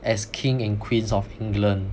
as king and queen of England